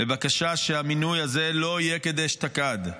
לבקשה שהמינוי הזה לא יהיה כדאשתקד.